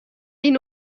این